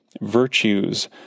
virtues